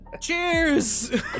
Cheers